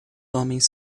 homens